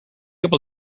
able